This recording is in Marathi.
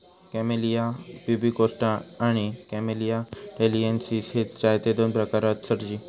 कॅमेलिया प्यूबिकोस्टा आणि कॅमेलिया टॅलिएन्सिस हे चायचे दोन प्रकार हत सरजी